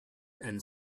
and